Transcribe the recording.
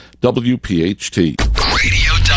WPHT